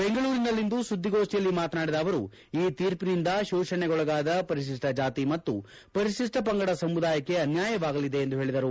ಬೆಂಗಳೂರಿನಲ್ಲಿಂದು ಸುದ್ದಿಗೋಷ್ಠಿಯಲ್ಲಿ ಮಾತನಾದಿದ ಅವರು ಈ ತೀರ್ಪಿನಿಂದ ಶೋಷಣೆಗೊಳಗಾದ ಪರಿಶಿಷ್ಟ ಜಾತಿ ಮತ್ತು ಪರಿಶಿಷ್ಟ ಪಂಗಡ ಸಮುದಾಯಕ್ಕೆ ಅನ್ಯಾಯವಾಗಲಿದೆ ಎಂದು ಹೇಳಿದರು